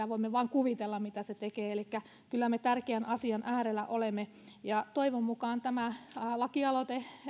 voimme vain kuvitella mitä se tekee elikkä kyllä me tärkeän asian äärellä olemme ja toivon mukaan tämä lakialoite